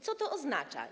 Co to oznacza?